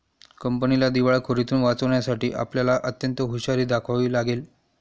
कंपनीला दिवाळखोरीतुन वाचवण्यासाठी आपल्याला अत्यंत हुशारी दाखवावी लागेल